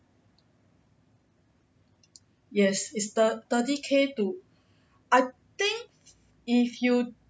yes is thirt~ thirty K to I think if you